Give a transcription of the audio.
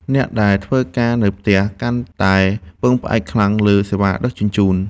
អ្នកដែលធ្វើការនៅផ្ទះ កាន់តែពឹងផ្អែកខ្លាំងលើសេវាដឹកជញ្ជូន។